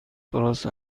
درست